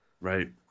right